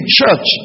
church